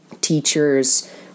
Teachers